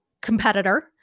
competitor